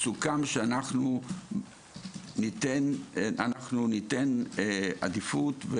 סוכם שאנחנו ניתן עדיפות,